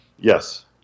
yes